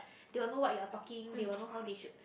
they will know what you're talking they will know how they should